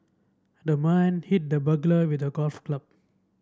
the man hit the burglar with a golf club